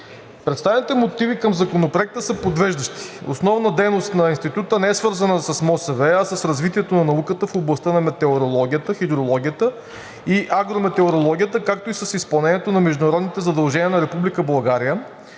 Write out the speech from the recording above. Представените мотиви към Законопроекта са подвеждащи. Основната дейност на Института не е свързана с МОСВ, а с развитието на науката в областта на метеорологията, хидрологията и агрометеорологията, както и с изпълнението на международните задължения на